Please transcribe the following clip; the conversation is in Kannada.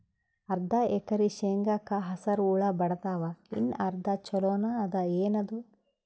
ಅರ್ಧ ಎಕರಿ ಶೇಂಗಾಕ ಹಸರ ಹುಳ ಬಡದಾವ, ಇನ್ನಾ ಅರ್ಧ ಛೊಲೋನೆ ಅದ, ಏನದು?